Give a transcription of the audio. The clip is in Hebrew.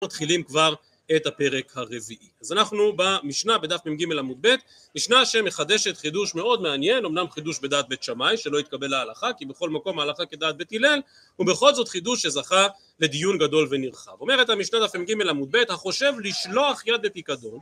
מתחילים כבר את הפרק הרביעי. אז אנחנו במשנה בדף מג עמוד ב, משנה שמחדשת חידוש מאוד מעניין, אמנם חידוש בדעת בית שמאי שלא התקבל להלכה, כי בכל מקום ההלכה כדעת בית הלל, ובכל זאת חידוש שזכה לדיון גדול ונרחב. אומרת המשנה דף מג עמוד ב, החושב לשלוח יד בפיקדון